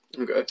Okay